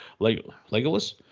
legolas